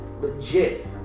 legit